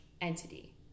entity